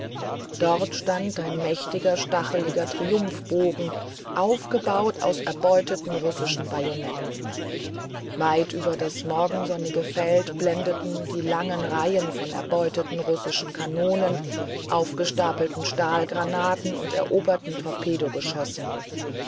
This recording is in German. dort stand ein mächtiger stacheliger triumphbogen aufgebaut aus erbeuteten russischen bajonetten weit über das morgensonnige feld blendeten die langen reihen von erbeuteten russischen kanonen aufgestapelten stahlgranaten und eroberten torpedogeschossen